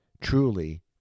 truly